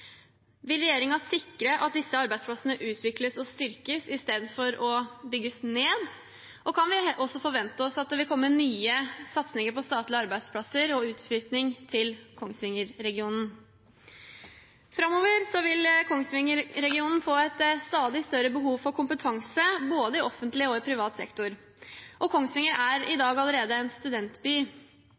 Vil regjeringen sikre at disse arbeidsplassene utvikles og styrkes i stedet for å bygges ned, og kan vi også forvente at det vil komme nye satsinger på statlige arbeidsplasser og utflytting til Kongsvinger-regionen? Framover vil Kongsvinger-regionen få et stadig større behov for kompetanse både i offentlig og i privat sektor, og Kongsvinger er i dag allerede en studentby.